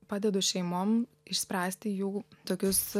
padedu šeimom išspręsti jų tokius